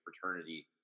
fraternity